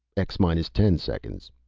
x minus ten seconds.